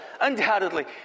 undoubtedly